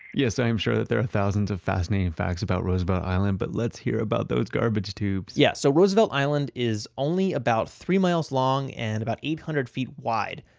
yes, i'm sure that there are thousands of fascinating facts about roosevelt island, but let's hear about those garbage tubes! yes, so roosevelt island is only about three miles long and about eight hundred feet wide.